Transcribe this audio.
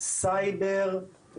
סייבר,